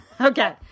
Okay